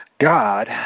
God